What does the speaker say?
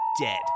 dead